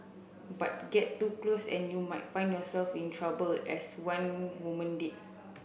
but get too close and you might find yourself in trouble as one woman did